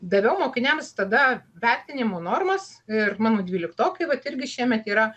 daviau mokiniams tada vertinimų normas ir mano dvyliktokai vat irgi šiemet yra